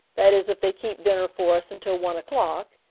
that is if they keep dinner for us until one o'clock,